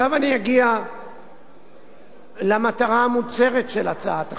עכשיו אני אגיע למטרה המוצהרת של הצעת החוק.